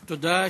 תודה.